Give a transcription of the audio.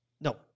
No